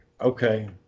Okay